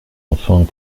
enfant